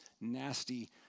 nasty